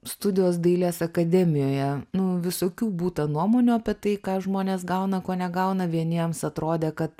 studijos dailės akademijoje nu visokių būta nuomonių apie tai ką žmonės gauna ko negauna vieniems atrodė kad